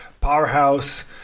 powerhouse